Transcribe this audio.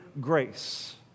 grace